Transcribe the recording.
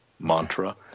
mantra